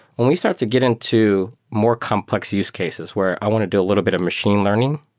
when we start to get into more complex use cases where i want to do a little bit of machine learning,